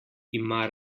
ima